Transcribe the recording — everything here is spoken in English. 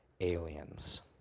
aliens